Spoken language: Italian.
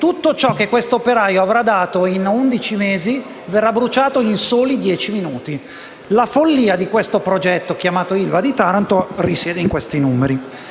Tutto ciò che un operaio avrà dato in undici mesi verrà bruciato in soli dieci minuti. La follia di un tale progetto, chiamato ILVA di Taranto, risiede in questi numeri,